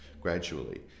gradually